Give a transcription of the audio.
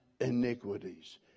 iniquities